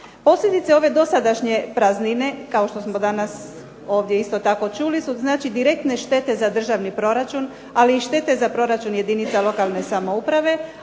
Posljedice ove dosadašnje praznine, kao što smo danas ovdje isto tako čuli, su znači direktne štete za državni proračun, ali i štete za proračun jedinica lokalne samouprave.